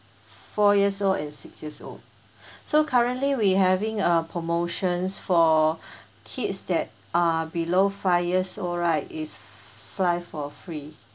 four years old and six years old so currently we having a promotions for kids that are below five years old right it's fly for free